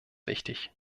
wichtig